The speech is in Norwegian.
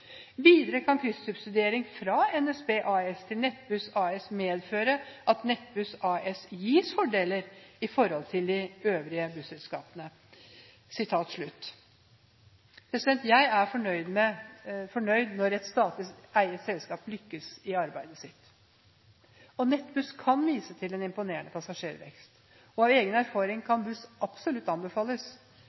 Videre kan kryssubsidiering fra NSB AS til Nettbuss AS medføre at Nettbuss AS gis fordeler i forhold til de øvrige busselskapene». Jeg er fornøyd når et statlig eid selskap lykkes i arbeidet sitt. Nettbuss kan vise til en imponerende passasjervekst, og av egen erfaring kan buss absolutt anbefales.